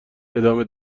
ادامه